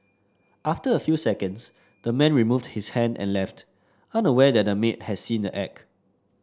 after a few seconds the man removed his hand and left unaware that the maid had seen the act